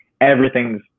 everything's